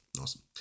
Awesome